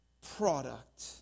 product